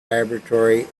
laboratory